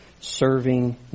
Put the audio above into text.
serving